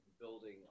building